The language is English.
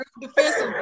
defensive